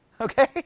Okay